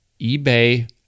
ebay